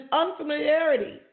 unfamiliarity